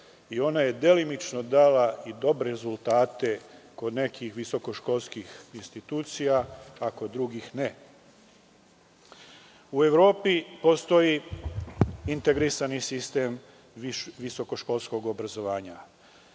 i ona je delimično dala dobre rezultate kod nekih visokoškolskih institucija, a kod drugih ne.U Evropi postoji integrisani sistem visokoškolskog obrazovanja.